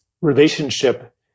relationship